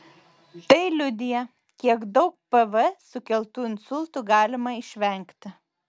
tai liudija kiek daug pv sukeltų insultų galima išvengti